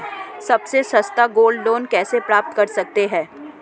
सबसे सस्ता gold loan कैसे प्राप्त कर सकते हैं?